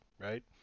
right